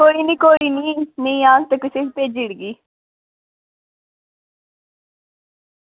कोई निं कोई निं निं आह्ग ते तुसेंगी भेजी ओड़गी